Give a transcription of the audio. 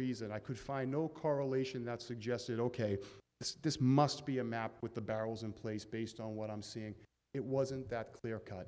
reason i could find no correlation that suggested ok this must be a map with the barrels in place based on what i'm seeing it wasn't that clear cut